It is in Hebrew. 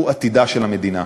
הוא עתידה של המדינה.